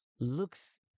looks